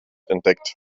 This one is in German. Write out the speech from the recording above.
entdeckt